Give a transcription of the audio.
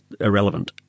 irrelevant